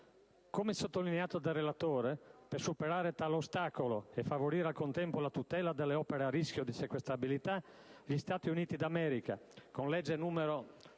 Come sottolineato dal relatore, per superare tale ostacolo e favorire al contempo la tutela delle opere a rischio di sequestrabilità, gli Stati Uniti d'America con legge n.